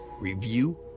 review